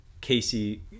casey